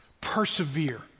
persevere